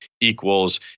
equals